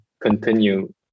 continue